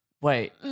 Wait